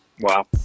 Wow